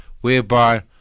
whereby